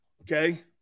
Okay